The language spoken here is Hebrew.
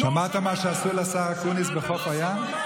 שמעת מה שעשו לשר אקוניס בחוף הים?